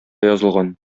язылган